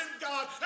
God